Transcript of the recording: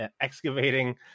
excavating